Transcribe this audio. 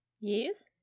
Yes